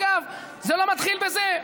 אגב, זה לא מתחיל בזה.